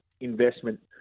investment